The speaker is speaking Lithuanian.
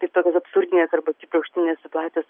tai toks absurdinės arba akibrokštinės situacijos